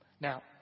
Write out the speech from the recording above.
Now